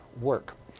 work